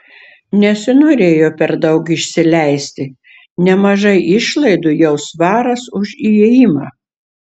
nesinorėjo per daug išsileisti nemažai išlaidų jau svaras už įėjimą